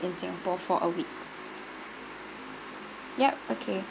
in singapore for a week ya okay